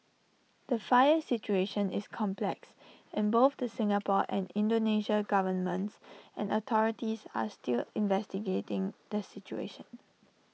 the fire situation is complex and both the Singapore and Indonesia governments and authorities are still investigating the situation